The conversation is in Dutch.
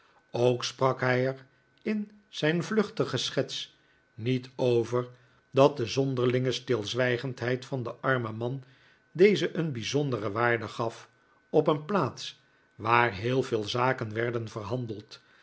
ook sprak hij er in zijn vluchtige schets niet over dat de zonderlinge stilzwijgendheid van den armen man dezen een bijzondere waarde gaf op een plaats waar heel veel zaken werden verhandeld